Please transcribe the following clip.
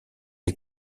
est